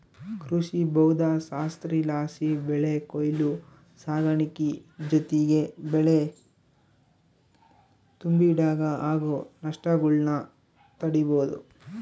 ಕೃಷಿಭೌದ್ದಶಾಸ್ತ್ರಲಾಸಿ ಬೆಳೆ ಕೊಯ್ಲು ಸಾಗಾಣಿಕೆ ಜೊತಿಗೆ ಬೆಳೆ ತುಂಬಿಡಾಗ ಆಗೋ ನಷ್ಟಗುಳ್ನ ತಡೀಬೋದು